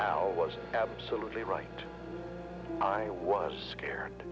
al was absolutely right i was scared